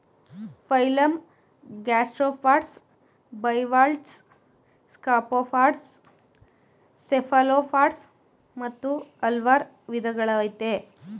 phylum gastropods bivalves scaphopods cephalopods ಮತ್ತು ಹಲ್ವಾರ್ ವಿದಗಳಯ್ತೆ